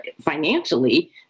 financially